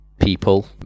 people